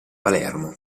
palermo